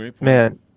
Man